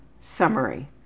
SUMMARY